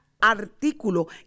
artículo